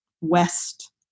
West